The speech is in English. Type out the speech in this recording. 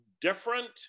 different